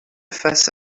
face